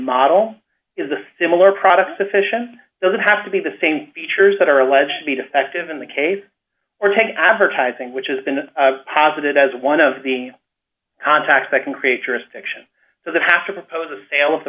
model is a similar product sufficient doesn't have to be the same features that are alleged to be defective in the case or take advertising which has been posited as one of the contacts that can create jurisdiction so that half of the sale of the